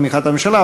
תמיכת הממשלה,